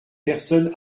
personne